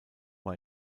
war